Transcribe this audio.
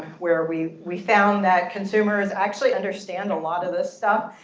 where are we we found that consumers actually understand a lot of this stuff.